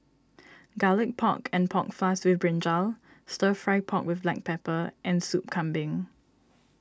Garlic Pork and Pork Floss with Brinjal Stir Fry Pork with Black Pepper and Soup Kambing